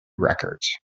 records